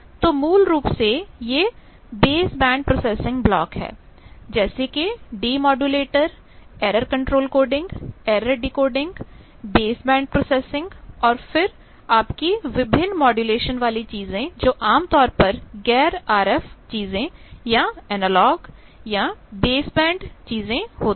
तो ये मूल रूप से बेस बैंड प्रोसेसिंग ब्लॉक है जैसे कि demodulator error control coding error decoding baseband processing और फिर आपकी विभिन्न मॉड्यूलेशन वाली चीजें जो आमतौर पर गैर आरएफ चीजें या एनालॉग या बेसबैंड चीजें होती हैं